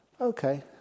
Okay